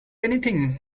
anything